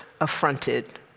affronted